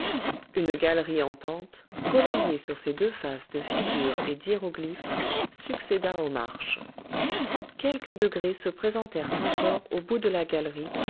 une galerie en pente coloriée sur ses deux faces de figures et d'hiéroglyphes succéda aux marches quelques degrés se présentèrent encore au bout de la galerie